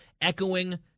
echoing